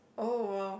oh !wah!